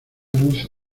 luz